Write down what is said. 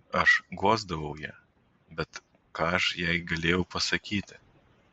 aš guosdavau ją bet ką aš jai galėjau pasakyti